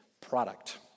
product